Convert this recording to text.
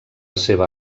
seva